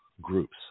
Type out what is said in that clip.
groups